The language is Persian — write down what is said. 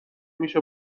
میشه